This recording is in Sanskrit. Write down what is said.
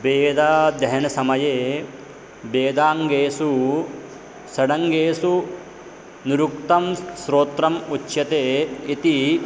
वेदाध्ययनसमये वेदाङ्गेषु षडङ्गेषु निरुक्तं श्रोत्रम् उच्यते इति